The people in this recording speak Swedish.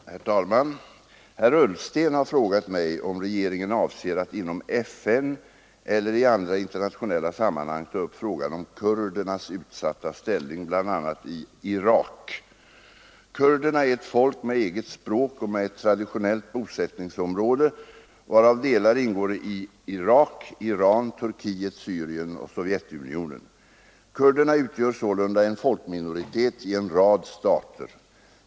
Herr talman! Herr Ullsten har frågat mig om regeringen avser att inom FN eller i andra internationella sammanhang ta upp frågan om kurdernas utsatta ställning, bl.a. i Irak. Kurderna är ett folk med eget språk och med ett traditionellt bosättningsområde, varav delar ingår i Irak, Iran, Turkiet, Syrien och Sovjetunionen. Kurderna utgör sålunda en folkminoritet i en rad stater.